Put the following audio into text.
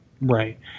Right